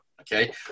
Okay